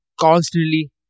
constantly